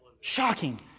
shocking